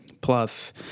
plus